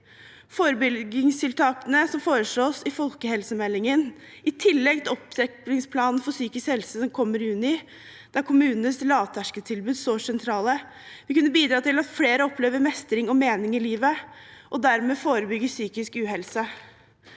Forebyggingstiltakene som foreslås i folkehelsemeldingen, i tillegg til opptrappingsplanen for psykisk helse som kommer i juni, der kommunenes lavterskeltilbud står sentralt, vil kunne bidra til at flere opplever mestring og mening i livet og dermed forebygge psykisk uhelse.